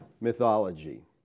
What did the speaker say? mythology